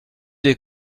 des